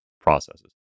processes